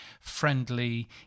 friendly